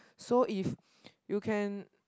so if you can